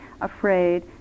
afraid